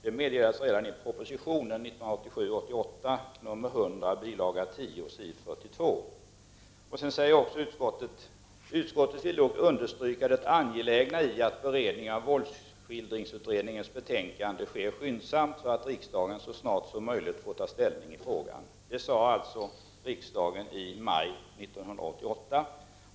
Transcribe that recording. Det meddelades alltså redan i propositionen 1987/88 nr 100, bil. 10, s. 42. Utskottet vill dock understryka det angelägna i att våldsskildringsutredningens betänkande sker skyndsamt, så att riksdagen så snart som möjligt får ta ställning i frågan. Det sade alltså riksdagen i maj 1988.